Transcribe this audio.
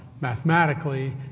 mathematically